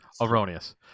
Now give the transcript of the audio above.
erroneous